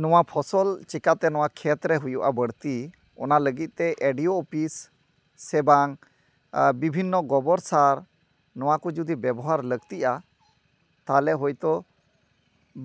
ᱱᱚᱣᱟ ᱯᱷᱚᱥᱚᱞ ᱪᱤᱠᱟᱹᱛᱮ ᱱᱚᱣᱟ ᱠᱷᱮᱛᱨᱮ ᱦᱩᱭᱩᱜᱼᱟ ᱵᱟᱹᱲᱛᱤ ᱚᱱᱟ ᱞᱟᱹᱜᱤᱫᱛᱮ ᱮ ᱰᱤ ᱳ ᱚᱯᱷᱤᱥ ᱥᱮ ᱵᱟᱝ ᱵᱤᱵᱷᱤᱱᱱᱚ ᱜᱚᱵᱚᱨ ᱥᱟᱨ ᱱᱚᱣᱟᱠᱚ ᱡᱩᱫᱤ ᱵᱮᱵᱚᱦᱟᱨ ᱞᱟᱹᱠᱛᱤᱼᱟ ᱛᱟᱦᱚᱞᱮ ᱦᱚᱭᱛᱚ